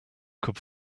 could